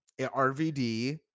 RVD